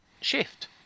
shift